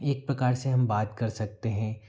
एक प्रकार से हम बात कर सकते हैं